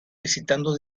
visitando